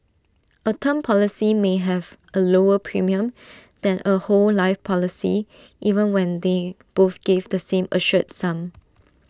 A term policy may have A lower premium than A whole life policy even when they both give the same assured sum